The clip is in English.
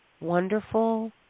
wonderful